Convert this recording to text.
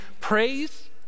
praise